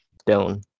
stone